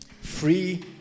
free